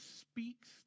speaks